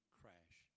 crash